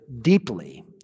deeply